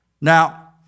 Now